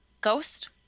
Ghost